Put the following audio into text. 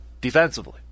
defensively